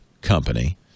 company